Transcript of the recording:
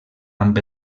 amb